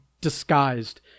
disguised